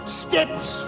steps